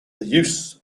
use